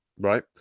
right